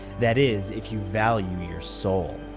that is, if you value your soul.